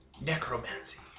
necromancy